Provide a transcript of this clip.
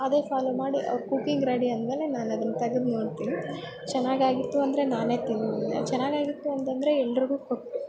ಅದೇ ಫಾಲೋ ಮಾಡಿ ಅವರು ಕುಕಿಂಗ್ ರೆಡಿಯಾದ್ಮೇಲೆ ನಾನು ಅದನ್ನು ತಗ್ದು ನೊಡ್ತಿನಿ ಚೆನ್ನಾಗಾಗಿತ್ತು ಅಂದರೆ ನಾನೇ ತಿಂದು ಚೆನ್ನಾಗಾಗಿತ್ತು ಅಂತಂದರೆ ಎಲ್ರಿಗು ಕೊಟ್ಟು